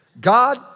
God